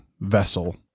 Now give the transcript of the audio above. vessel